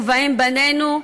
ובהם בנינו,